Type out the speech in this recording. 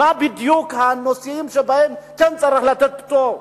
מה בדיוק הנושאים שבהם כן צריך לתת פטור,